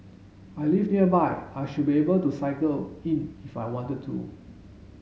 I live nearby I should be able to cycle in if I wanted to